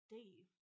Dave